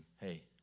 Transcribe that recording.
hey